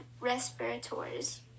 respirators